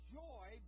joy